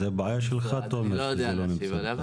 זו בעיה שלך תומר, שזה לא נמצא בחוק.